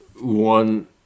one